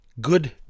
good